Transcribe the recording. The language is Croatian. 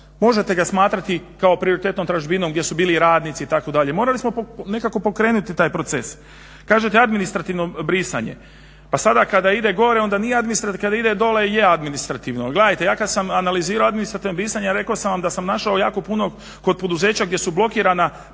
možete ga smatrati kao prioritetnom tražbinom gdje su bili radnici itd. Morali smo nekako pokrenuti taj proces. Kažete administrativno brisanje, pa sada kada ide dolje je administrativno. A gledajte ja kad sam analizirao administrativno pisanje rekao sam vam da sam našao jako puno kod poduzeća gdje su blokirana